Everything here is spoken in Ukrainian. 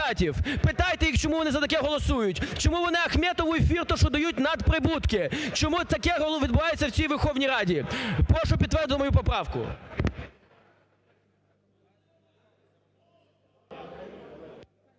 питайте їх, чому вони за таке голосують, чому вони Ахметову і Фірташу дають надприбутки, чому таке відбувається в цій Верховній Раді? Прошу підтвердити мою поправку.